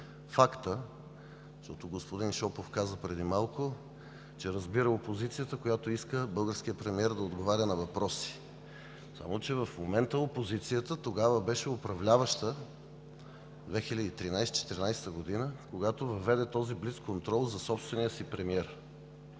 факта, господин Шопов каза преди малко, че разбира опозицията, която иска българският премиер да отговаря на въпроси. Само че в момента опозицията, тогава – в 2013-а, 2014-а, беше управляваща, когато въведе този блицконтрол за собствения си премиер.